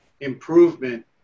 improvement